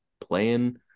playing